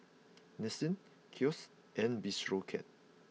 Nissin Kose and Bistro Cat